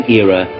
era